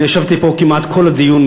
אני ישבתי פה כמעט כל הדיון,